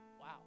Wow